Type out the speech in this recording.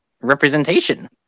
representation